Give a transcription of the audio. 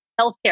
healthcare